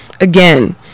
Again